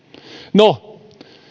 no